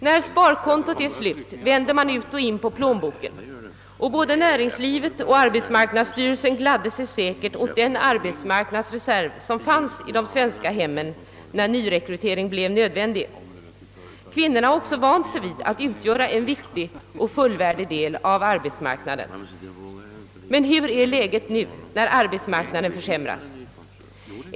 När sparkontot är slut vänder man ut och in på plånboken, och både näringslivet och arbetsmarknadsstyrelsen gladde sig säkert åt den arbetskraftsreserv som fanns i de svenska hemmen när nyrekrytering blev nödvändig. Kvinnorna har också vant sig vid att utgöra en viktig och fullvärdig del av arbetsmarknaden. Men hur är läget nu, när arbetsmarknaden försämras?